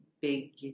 big